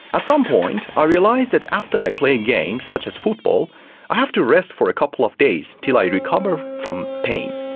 at some point i ah realised that after i played games such as football i have to rest for a couple of days till i recover from pain.